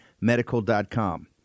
medical.com